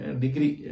degree